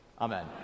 amen